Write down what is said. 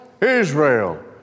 Israel